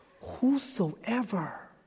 Whosoever